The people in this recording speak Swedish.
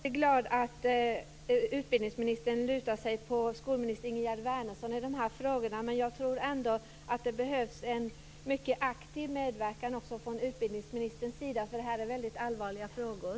Fru talman! Jag är väldig glad att utbildningsministern lutar sig mot skolminister Ingegerd Wärnersson i de här frågorna. Men jag tror ändå att det behövs en mycket aktiv medverkan också från utbildningsministerns sida, eftersom det här är väldigt allvarliga frågor.